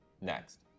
next